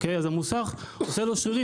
המוסך עושה לו שרירים.